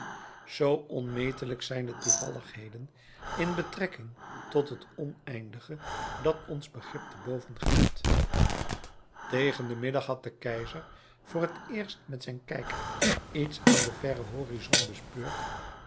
zoo onmetelijk zijn de toevalligheden in betrekking tot het oneindige dat ons begrip te boven gaat tegen den middag had de keizer voor het eerst met zijn kijker iets aan den verren horizont bespeurd